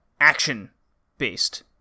action-based